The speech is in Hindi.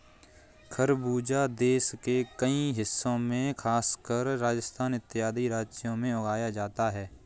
खरबूजा देश के कई हिस्सों में खासकर राजस्थान इत्यादि राज्यों में उगाया जाता है